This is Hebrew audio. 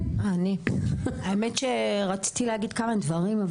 האמת שרציתי להגיד כמה דברים,